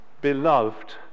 beloved